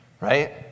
Right